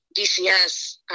DCS